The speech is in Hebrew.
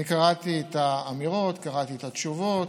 אני קראתי את האמירות, קראתי את התשובות.